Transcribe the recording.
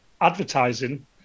advertising